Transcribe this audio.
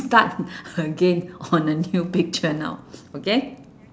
start again on a new picture now okay